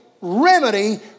remedy